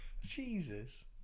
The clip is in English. Jesus